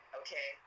okay